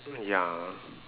ya